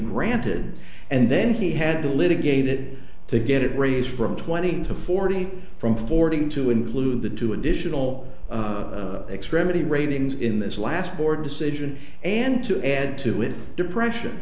granted and then he had to litigate it to get it raised from twenty to forty from fording to include the two additional extremity ratings in this last board decision and to add to with depression